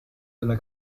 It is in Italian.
della